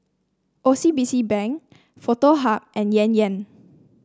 O C B C Bank Foto Hub and Yan Yan